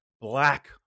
black